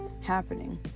happening